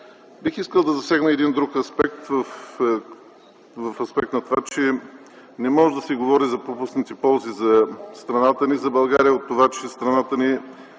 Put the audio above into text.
Бих искал да засегна един друг аспект по отношение на това, че не може да се говори за пропуснати ползи за страната ни, за България, от това че страната ни